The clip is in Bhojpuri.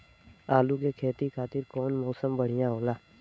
आलू के खेती खातिर कउन मौसम बढ़ियां होला?